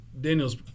Daniel's